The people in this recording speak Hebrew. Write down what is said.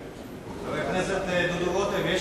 חבר הכנסת דודו רותם, יש